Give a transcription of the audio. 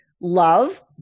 love